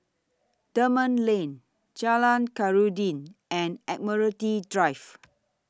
Dunman Lane Jalan Khairuddin and Admiralty Drive